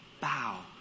bow